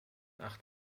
acht